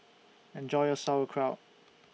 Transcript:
Enjoy your Sauerkraut